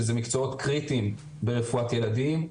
שזה מקצועות קריטיים ברפואת ילדים,